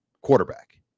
Quarterback